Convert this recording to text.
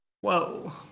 Whoa